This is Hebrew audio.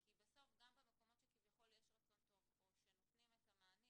כי בסוף גם במקומות שכביכול יש רצון טוב או שנותנים את המענים,